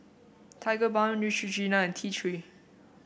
Tigerbalm Neutrogena and T Three